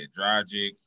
Dragic